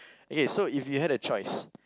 okay so if you had a choice